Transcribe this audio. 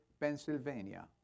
Pennsylvania